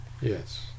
Yes